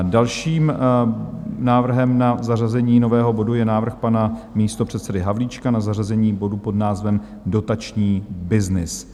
Dalším návrhem na zařazení nového bodu je návrh pana místopředsedy Havlíčka na zařazení bodu pod názvem Dotační byznys.